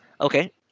Okay